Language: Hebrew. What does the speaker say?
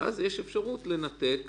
ואז יש אפשרות לנתק